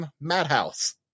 Madhouse